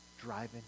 driving